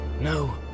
No